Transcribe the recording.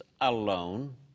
alone